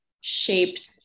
shaped